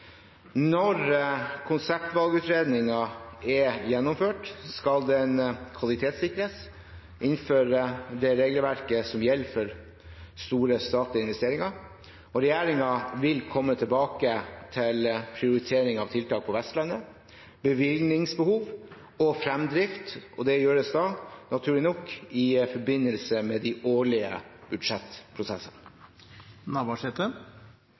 Når konseptvalgutredningen er gjennomført, skal den kvalitetssikres innenfor regelverket som gjelder for store statlige investeringer. Regjeringen vil komme tilbake til prioritering av tiltak på Vestlandet, bevilgningsbehov og fremdrift. Det gjøres naturlig nok i forbindelse med de årlige